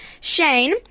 shane